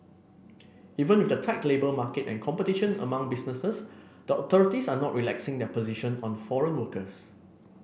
even with the tight labour market and competition among businesses the authorities are not relaxing their position on foreign workers